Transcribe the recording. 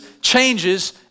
changes